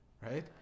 right